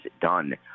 done